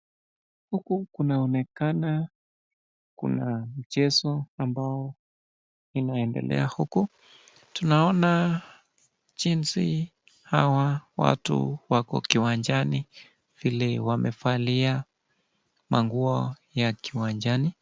Huku kunaonekana kuna michezo ambao unaendelea huku. Tunaona jinsi hawa watu wako kiwanjani vile wamevalia manguo ya kiwanjani.